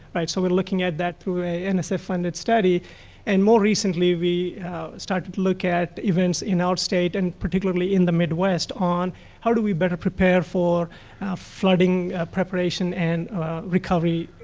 so we are looking at that through a and a nsf-funded study and more recently we started to look at events in our state and particularly in the midwest on how do we better prepare for flooding preparation and recovery